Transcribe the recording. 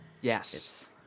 Yes